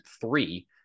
three